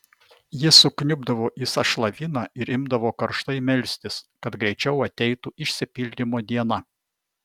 jis sukniubdavo į sąšlavyną ir imdavo karštai melstis kad greičiau ateitų išsipildymo diena